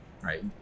right